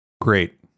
great